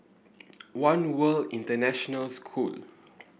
One World International School